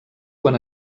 quan